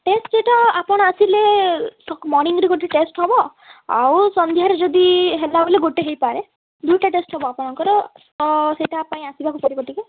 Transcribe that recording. test ଯେଟା ଆପଣ ଆସିଲେ ମଣିଙ୍ଗ୍ରେ ଗୋଟେ ଟେଷ୍ଟ୍ ହବ ଆଉ ସନ୍ଧ୍ୟାରେ ଯଦି ହେଲା ବୋଇଲେ ଗୋଟେ ହେଇ ପାରେ ଦୁଇଟା ଟେଷ୍ଟ୍ ହବ ଆପଣଙ୍କର ସେଇଟା ପାଇଁ ଆସିବାକୁ ପଡ଼ିବ ଟିକେ